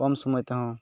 ᱠᱚᱢ ᱥᱩᱢᱟᱹᱭ ᱛᱮᱦᱚᱸ